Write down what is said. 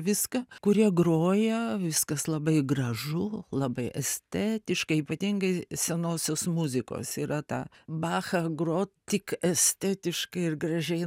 viską kurie groja viskas labai gražu labai estetiška ypatingai senosios muzikos yra ta bachą grot tik estetiškai ir gražiai